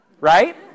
Right